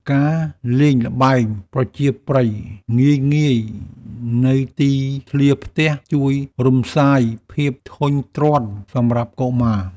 ការលេងល្បែងប្រជាប្រិយងាយៗនៅទីធ្លាផ្ទះ ជួយរំសាយភាពធុញទ្រាន់សម្រាប់កុមារ។